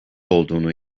olduğunu